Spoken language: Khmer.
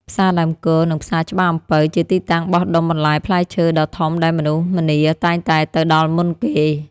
ផ្សារដើមគរ និងផ្សារច្បារអំពៅ ជាទីតាំងបោះដុំបន្លែផ្លែឈើដ៏ធំដែលមនុស្សម្នាតែងតែទៅដល់មុនគេ។